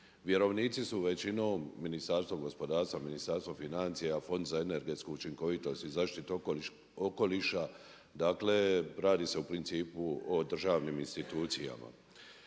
Vjerovnici su većinom Ministarstvo gospodarstva, Ministarstvo financija, Fond za energetsku učinkovitost i zaštitu okoliša, dakle radi se o principu o državnim institucijama.